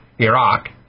Iraq